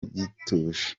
gituje